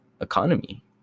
economy